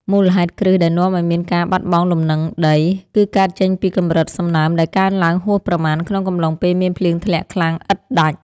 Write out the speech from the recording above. មូលហេតុគ្រឹះដែលនាំឱ្យមានការបាត់បង់លំនឹងដី គឺកើតចេញពីកម្រិតសំណើមដែលកើនឡើងហួសប្រមាណក្នុងកំឡុងពេលមានភ្លៀងធ្លាក់ខ្លាំងឥតដាច់។